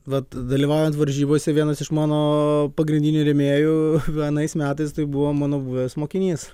vat dalyvaujant varžybose vienas iš mano pagrindinių rėmėjų vienais metais tai buvo mano buvęs mokinys